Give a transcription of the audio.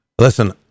Listen